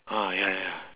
oh ya ya